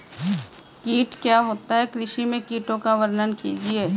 कीट क्या होता है कृषि में कीटों का वर्णन कीजिए?